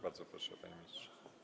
Bardzo proszę, panie ministrze.